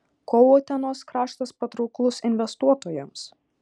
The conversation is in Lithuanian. kuo utenos kraštas patrauklus investuotojams